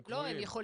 לא, הם קבועים.